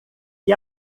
que